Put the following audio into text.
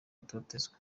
atotezwa